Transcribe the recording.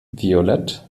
violett